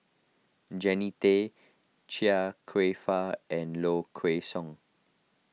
Jannie Tay Chia Kwek Fah and Low Kway Song